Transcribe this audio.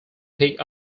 pick